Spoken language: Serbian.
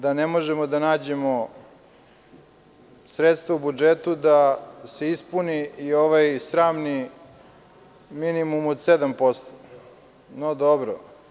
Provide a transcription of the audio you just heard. Da ne možemo da nađemo sredstva u budžetu da se ispuni i ovaj sramni minimum od 7%, no dobro.